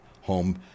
home